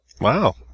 Wow